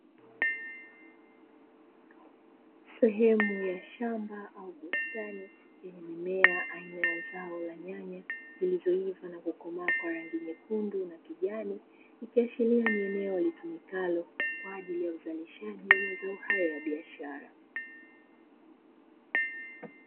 Sehemu ya shamba au bustani yenye mimea aina ya zao la nyanya zilizoiva na kukomaa kwa rangi nyekundu na kijani, ikiashiria ni eneo litumikalo kwa ajili ya uzalishaji wa zao hayo ya biashara.